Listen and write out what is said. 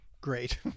great